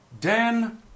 Dan